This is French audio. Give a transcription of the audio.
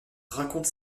raconte